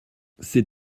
ces